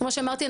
כמו שאמרתי,